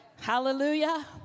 Hallelujah